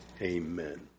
Amen